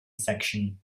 section